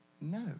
no